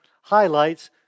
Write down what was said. highlights